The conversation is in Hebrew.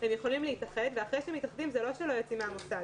הם יכולים להתאחד ואחרי שהם מתאחדים זה לא שלא יוצאים מן המוסד,